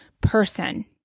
person